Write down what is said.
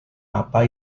apa